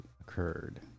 occurred